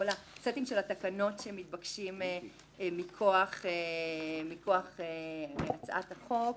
הסטים של התקנות שמתבקשות מכוח הצעת החוק.